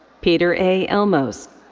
peter a. elmos.